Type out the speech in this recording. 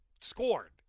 scored